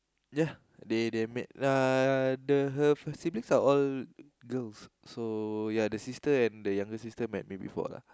ya they they made ah the her her siblings are all girls so ya the sister and the younger sister met me before lah